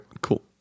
Cool